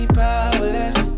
powerless